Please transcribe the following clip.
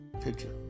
picture